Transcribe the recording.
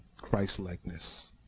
Christ-likeness